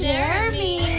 Jeremy